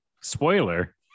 spoiler